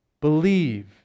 believe